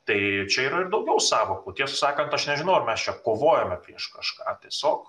tai čia yra ir daugiau sąvokų tiesą sakant aš nežinau ar mes čia kovojome prieš kažką tiesiog